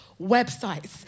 websites